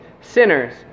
sinners